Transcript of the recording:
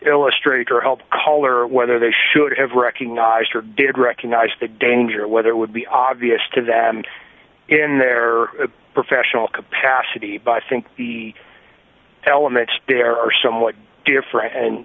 illustrator help color whether they should have recognized or did recognize the danger whether it would be obvious to that in their professional capacity by think the elements there are somewhat different and